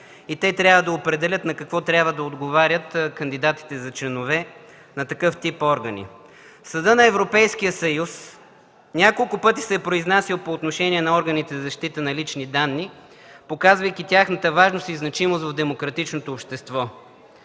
и те трябва да определят на какво трябва да отговарят кандидатите за членове на такъв тип органи. Съдът на Европейския съюз на няколко пъти се произнася по отношение на органите за защита на личните данни, показвайки тяхната важност и значимост за демократичното общество,